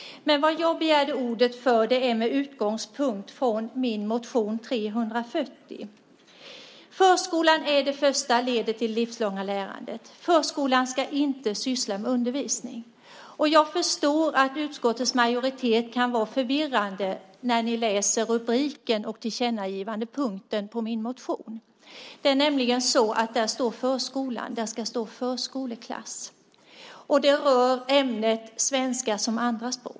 Men det jag begärde ordet för har sin utgångspunkt i min motion 340. Förskolan är det första ledet i det livslånga lärandet. Förskolan ska inte syssla med undervisning. Jag förstår att utskottets majoritet kan bli förvirrad när de läser rubriken och tillkännagivandepunkten i min motion. Det är nämligen så att det står "förskolan" där, men det ska stå "förskoleklass". Det rör ämnet svenska som andraspråk.